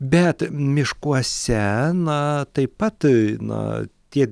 bet miškuose na taip pat na tie